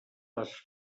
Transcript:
les